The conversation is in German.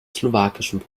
slowakischen